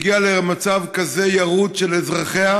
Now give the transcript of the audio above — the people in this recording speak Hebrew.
על שהיא הגיעה למצב כזה ירוד של אזרחיה,